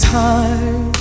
time